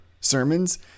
sermons